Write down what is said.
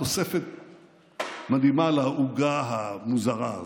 תוספת מדהימה לעוגה המוזרה הזאת: